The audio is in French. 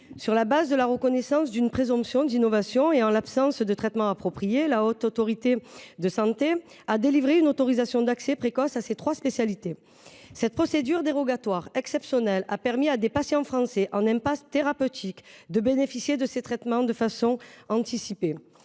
Sur la base de la reconnaissance d’une présomption d’innovation et en l’absence de traitements appropriés, la HAS a délivré une autorisation d’accès précoce à ces trois spécialités. Cette procédure dérogatoire exceptionnelle a permis à des patients français, en impasse thérapeutique, de bénéficier de ces traitements de façon anticipée.